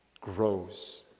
grows